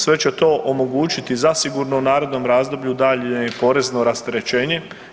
Sve će to omogućiti zasigurno u narednom razdoblju daljnje porezno rasterećenje.